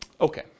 Okay